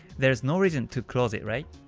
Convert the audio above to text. there's no reason to close it, alright?